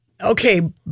Okay